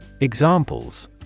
Examples